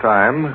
Time